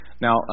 Now